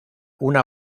una